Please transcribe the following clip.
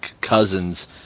cousins